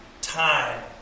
time